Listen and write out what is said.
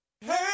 hey